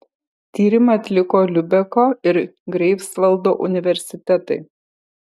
tyrimą atliko liubeko ir greifsvaldo universitetai